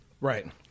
Right